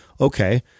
okay